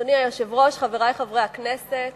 אדוני היושב-ראש, חברי חברי הכנסת,